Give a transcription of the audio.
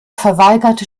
verweigerte